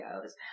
goes